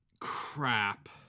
Crap